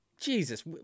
jesus